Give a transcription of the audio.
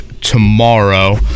tomorrow